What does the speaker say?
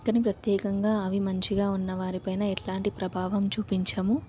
కాని ప్రత్యేకంగా అవి మంచిగా ఉన్న వారిపైన ఎలాంటి ప్రభావం చూపించము